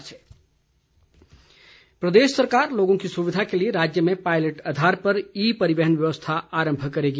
जयराम प्रदेश सरकार लोगों की सुविधा के लिए राज्य में पायलट आधार पर ई परिवहन व्यवस्था आरंभ करेगी